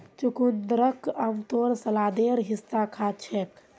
चुकंदरक आमतौरत सलादेर हिस्सा खा छेक